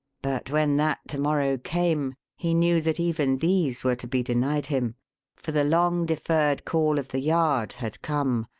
but when that to-morrow came he knew that even these were to be denied him for the long-deferred call of the yard had come,